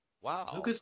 Wow